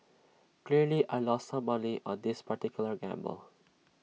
clearly I lost some money on this particular gamble